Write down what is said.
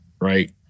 right